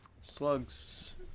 Slugs